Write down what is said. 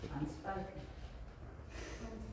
Unspoken